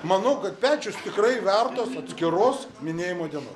manau kad pečius tikrai vertas atskiros minėjimo dienos